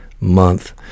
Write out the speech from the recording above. month